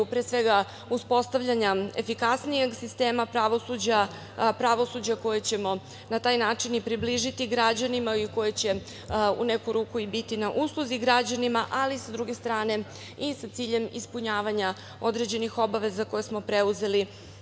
pre svega, uspostavljanja efikasnijeg sistema pravosuđa, pravosuđa koje ćemo na taj način i približiti građanima i koje će u neku ruku i biti na usluzi građanima, ali sa druge strane, i sa ciljem ispunjavanja određenih obaveza koje smo preuzeli